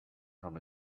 from